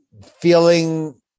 feeling